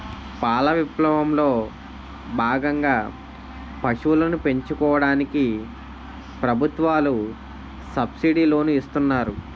పాల విప్లవం లో భాగంగా పశువులను పెంచుకోవడానికి ప్రభుత్వాలు సబ్సిడీ లోనులు ఇస్తున్నారు